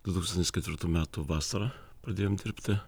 du tūkstantis ketvirtų metų vasarą pradėjom dirbti